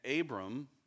Abram